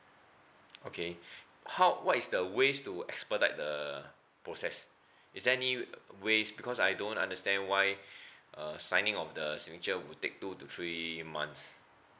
okay how what is the ways to expedite the process is there any ways because I don't understand why uh signing of the signature would take two to three months